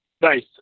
nice